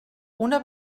una